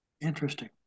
interesting